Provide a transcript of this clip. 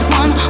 one